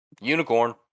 unicorn